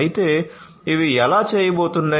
అయితే ఇవి ఎలా చేయబోతున్నాయి